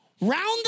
Round